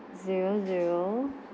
zero zero